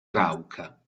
rauca